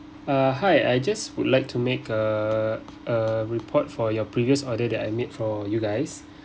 uh hi I just would like to make a a report for your previous order that I made for you guys